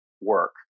work